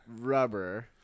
rubber